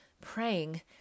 praying